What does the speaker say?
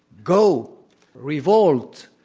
go revolt,